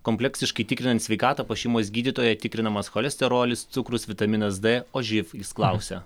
kompleksiškai tikrinant sveikatą pas šeimos gydytoją tikrinamas cholesterolis cukrus vitaminas d o živ jis klausia